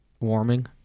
warming